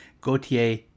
Gautier